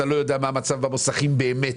אנחנו לא יודעים מה המצב האמיתי במוסכים וכדומה.